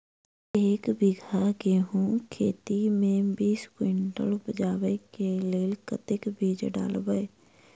एक बीघा गेंहूँ खेती मे बीस कुनटल उपजाबै केँ लेल कतेक बीज डालबै?